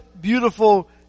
beautiful